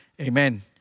Amen